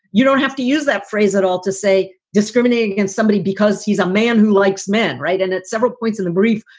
you don't have to use that phrase at all to say discriminate against somebody because he's a man who likes men. right. and at several points in the brief,